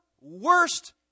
worst